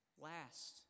last